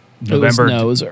November